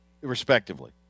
respectively